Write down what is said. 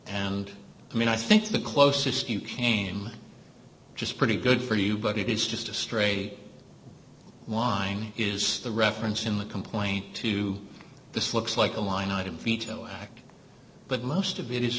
and i mean i think the closest you came just pretty good for you buddy it is just a stray line is the reference in the complaint to this looks like a line item veto but most of it is